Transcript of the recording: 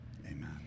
Amen